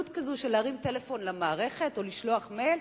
יש מין קלות כזאת של להרים טלפון למערכת או לשלוח מייל,